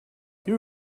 you